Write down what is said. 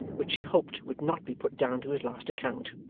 which she hoped would not be put down to his last account.